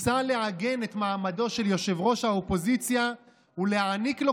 מוצע לעגן את מעמדו של יושב-ראש האופוזיציה ולהעניק לו